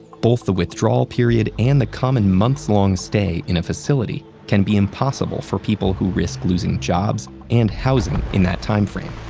both the withdrawal period and the common months-long stay in a facility can be impossible for people who risk losing jobs and housing in that timeframe.